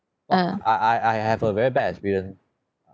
I I I have a very bad experience